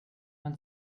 man